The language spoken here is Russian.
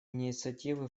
инициативы